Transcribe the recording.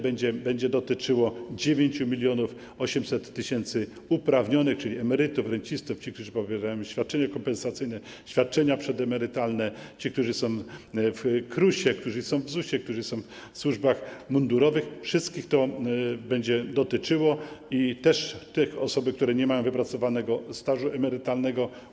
Będzie dotyczyło 9800 tys. uprawnionych, czyli emerytów, rencistów, tych, którzy pobierają świadczenia kompensacyjne, świadczenia przedemerytalne, tych, którzy są w KRUS-ie, którzy są w ZUS-ie, którzy są w służbach mundurowych, ich wszystkich to będzie dotyczyło, też tych osób, które nie mają wypracowanego stażu emerytalnego.